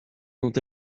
dont